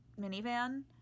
minivan